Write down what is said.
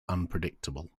unpredictable